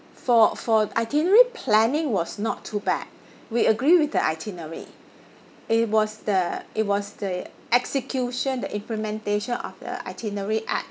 for for itinerary planning was not too bad we agree with the itinerary it was the it was the execution the implementation of the itinerary at